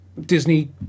disney